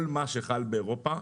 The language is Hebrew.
כל מה שחל באירופה,